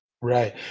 Right